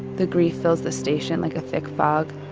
the grief fills the station like a thick fog.